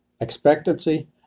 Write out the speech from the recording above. expectancy